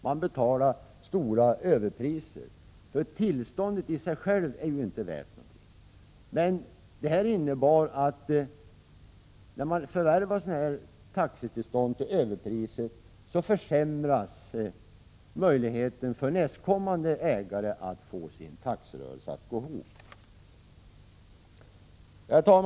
Man betalade stora överpriser, fast tillståndet i sig inte var värt någonting. Detta innebär att om man förvärvade taxitillstånd till överpriser, försämrades möjligheten för nästkommande ägare att få sin taxirörelse att gå ihop.